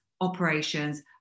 operations